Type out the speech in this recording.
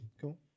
Cool